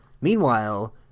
Meanwhile